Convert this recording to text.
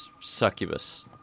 succubus